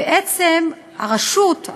בעצם, רשות,